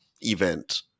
event